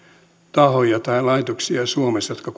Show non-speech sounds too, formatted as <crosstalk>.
tahoja tai laitoksia suomessa jotka <unintelligible>